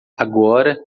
agora